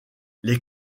les